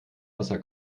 wasser